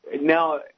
Now